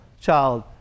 child